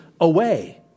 away